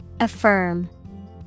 Affirm